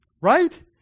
Right